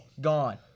gone